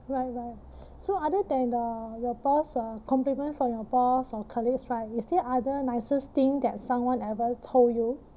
right right so other than the your boss uh compliment for your boss or colleagues right is there other nicest thing that someone ever told you